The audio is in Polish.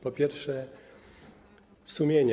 Po pierwsze, sumienie.